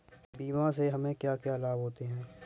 बीमा से हमे क्या क्या लाभ होते हैं?